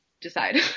decide